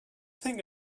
think